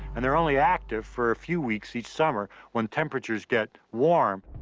and they're only active for a few weeks each summer, when temperatures get warm.